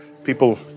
People